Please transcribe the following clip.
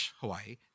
hawaii